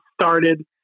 started